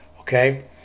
Okay